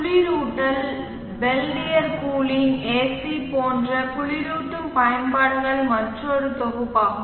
குளிரூட்டல் Peltier cooling AC போன்ற குளிரூட்டும் பயன்பாடுகள் மற்றொரு தொகுப்பாகும்